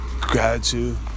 gratitude